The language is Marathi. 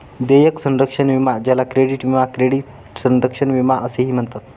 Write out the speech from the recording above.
देयक संरक्षण विमा ज्याला क्रेडिट विमा क्रेडिट संरक्षण विमा असेही म्हणतात